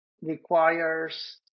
requires